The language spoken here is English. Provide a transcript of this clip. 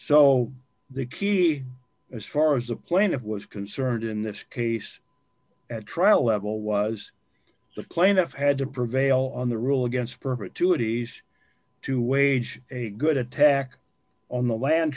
so the key as far as a plaintiff was concerned in this case at trial level was the plaintiff had to prevail on the rule against perpetuities to wage a good attack on the land